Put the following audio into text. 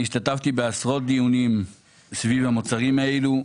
אני השתתפתי בעשרות דיונים סביב המוצרים האלה,